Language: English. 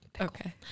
Okay